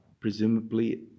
presumably